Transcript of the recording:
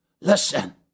listen